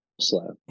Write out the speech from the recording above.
slow